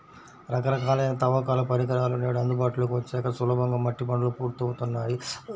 రకరకాలైన తవ్వకాల పరికరాలు నేడు అందుబాటులోకి వచ్చాక సులభంగా మట్టి పనులు పూర్తవుతున్నాయి